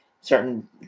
certain